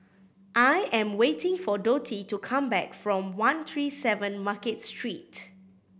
I am waiting for Dottie to come back from one three seven Market Street